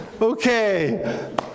Okay